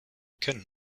kennen